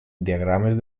diagrames